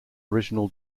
original